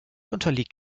unterliegt